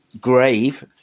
grave